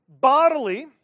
bodily